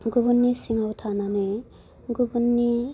गुबुननि सिङाव थानानै गुबुननि